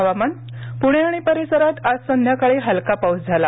हवामान प्णे आणि परिसरात आज संध्याकाळी हलका पाऊस झाला